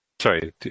Sorry